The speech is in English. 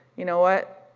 you know what,